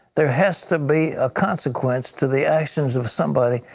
there has to be a consequence to the actions of somebody,